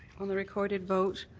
on the recorded vote,